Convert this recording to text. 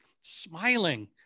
smiling